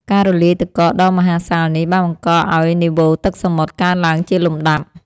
ការរលាយទឹកកកដ៏មហាសាលនេះបានបង្កឱ្យនីវ៉ូទឹកសមុទ្រកើនឡើងជាលំដាប់។